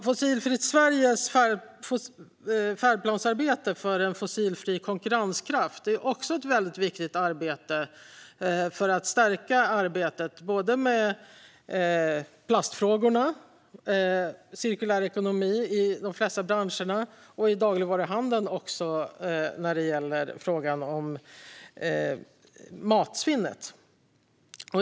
Fossilfritt Sveriges färdplansarbete för en fossilfri konkurrenskraft är också väldigt viktigt för att stärka arbetet med plastfrågorna, cirkulär ekonomi i de flesta branscher och i dagligvaruhandeln också när det gäller frågan om matsvinnet.